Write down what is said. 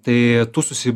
tai tų susi